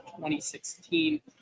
2016